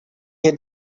had